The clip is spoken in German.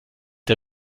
der